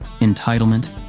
entitlement